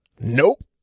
Nope